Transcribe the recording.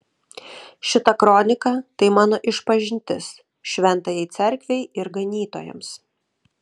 šita kronika tai mano išpažintis šventajai cerkvei ir ganytojams